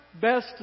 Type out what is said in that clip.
best